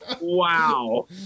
wow